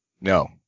No